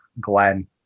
glenn